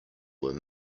were